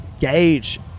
gauge